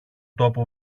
τόπο